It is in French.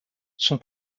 son